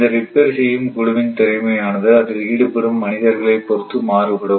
இந்த ரிப்பேர் செய்யும் குழுவின் திறமையானது அதில் ஈடுபடும் மனிதர்களை பொறுத்து மாறுபடும்